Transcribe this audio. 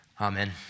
Amen